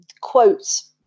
quotes